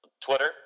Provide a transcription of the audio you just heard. Twitter